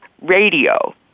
radio